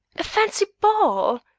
a fancy ball!